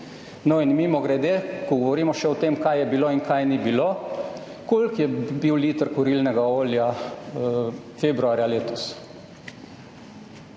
No, in mimogrede, ko govorimo še o tem, kaj je bilo in kaj ni bilo. Koliko je bil liter kurilnega olja februarja letos?